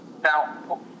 Now